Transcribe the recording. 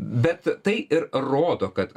bet tai ir rodo kad